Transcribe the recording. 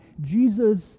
Jesus